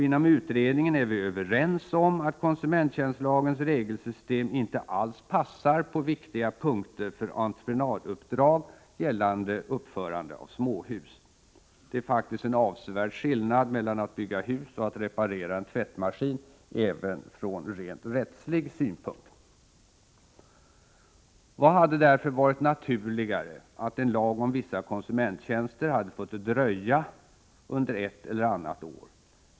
Inom utredningen är vi överens om att konsumenttjänstlagens regelsystem på viktiga punkter inte alls passar för entreprenaduppdrag gällande uppförande av småhus. Det är faktiskt en avsevärd skillnad mellan att bygga ett hus och att reparera en tvättmaskin, även från rent rättslig synpunkt. Vad hade därför varit naturligare än att en lag om vissa konsumenttjänster hade fått dröja under ett eller annat år?